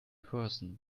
person